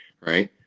right